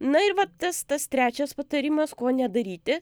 na ir va tas tas trečias patarimas ko nedaryti